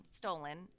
stolen